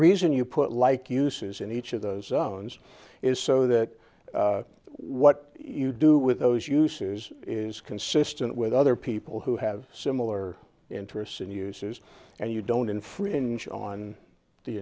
reason you put like uses in each of those loans is so that what you do with those uses is consistent with other people who have similar interests and uses and you don't infringe on the